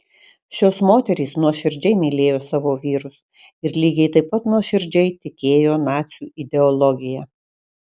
šios moterys nuoširdžiai mylėjo savo vyrus ir lygiai taip pat nuoširdžiai tikėjo nacių ideologija